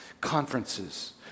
conferences